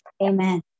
Amen